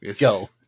Go